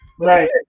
Right